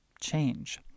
change